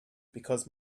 because